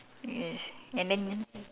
yes and then